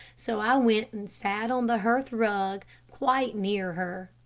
so i went and sat on the hearth rug quite near her.